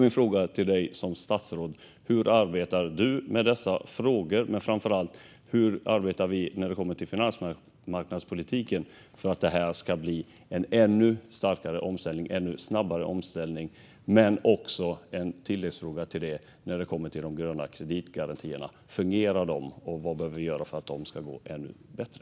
Min fråga är: Hur arbetar statsrådet med dessa frågor? Framför allt, hur arbetar vi när det kommer till finansmarknadspolitiken för att omställningen ska gå ännu snabbare? Ytterligare en fråga är: Fungerar de gröna kreditgarantierna? Vad behöver vi göra för att de ska gå ännu bättre?